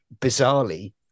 bizarrely